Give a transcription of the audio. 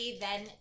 then-